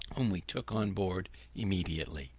whom we took on board immediately.